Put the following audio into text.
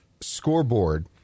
scoreboard